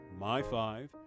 myfive